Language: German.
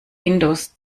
windows